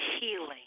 healing